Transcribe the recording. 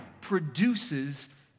produces